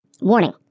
Warning